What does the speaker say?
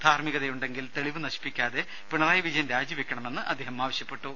ധാർമികതയുണ്ടെങ്കിൽ തെളിവ് നശിപ്പിക്കാതെ പിണറായി വിജയൻ രാജിവെക്കണമെന്ന് അദ്ദേഹം ആവശ്യപ്പെട്ടു